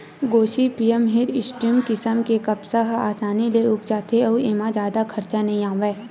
Gossypium hirsutum किसम के कपसा ह असानी ले उग जाथे अउ एमा जादा खरचा नइ आवय